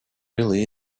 really